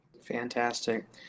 Fantastic